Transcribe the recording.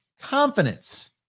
confidence